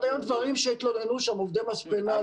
דברים שהתלוננו שם עובדי מספנה,